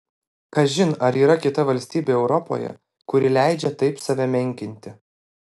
kažin ar yra kita valstybė europoje kuri leidžia taip save menkinti